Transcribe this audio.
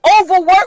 overwork